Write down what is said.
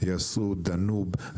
יעשו דנוב,